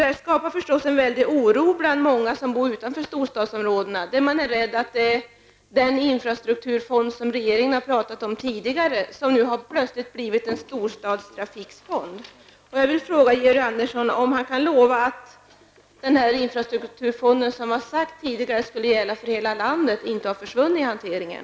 Detta skapar förstås en väldig oro bland många som bor utanför storstadsområdena, som är rädda för att den infrastrukturfond som regeringen tidigare har pratat om nu plötsligt har blivit en storstadstrafikfond. Jag vill fråga Georg Andersson om han kan lova att infrastrukturfonden, som det tidigare var sagt skulle gälla för hela landet, inte har försvunnit i hanteringen.